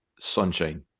Sunshine